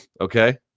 Okay